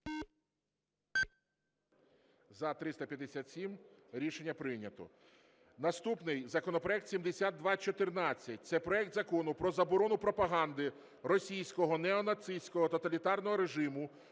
За-357 Рішення прийнято. Наступний законопроект 7214. Це проект Закону про заборону пропаганди російського неонацистського тоталітарного режиму,